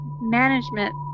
management